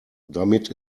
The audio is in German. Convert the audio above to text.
damit